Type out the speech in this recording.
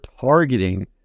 targeting